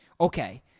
okay